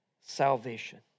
salvation